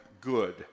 good